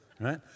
right